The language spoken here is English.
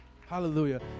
Hallelujah